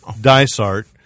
Dysart